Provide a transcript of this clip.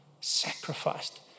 sacrificed